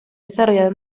desarrollado